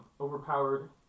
overpowered